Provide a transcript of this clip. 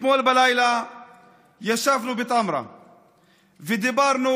אתמול בלילה ישבנו בטמרה ודיברנו על